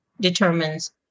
determines